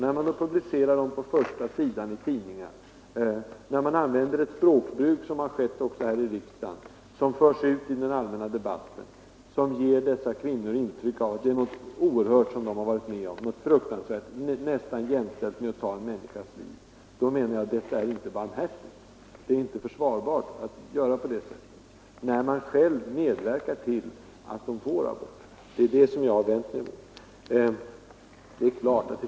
När de publiceras på första sidan i tidningar och när man använder ett språkbruk som de exempel jag nämnde tidigare, och det sedan förs ut i den allmänna debatten, får dessa kvinnor ett intryck av att de har varit med om något oerhört, nästan jämförbart med att ta en människas liv. Detta är inte barmhärtigt. Det är inte försvarbart att göra så, när man själv medverkar till att de får abort. Detta har jag vänt mig mot.